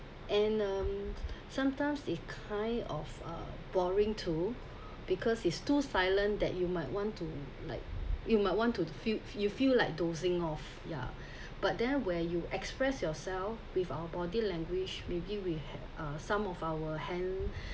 and um sometimes it kind of uh boring too because is too silent that you might want to like you might want to the feel you feel like dozing off yeah but then where you express yourself with our body language maybe we have uh some of our hand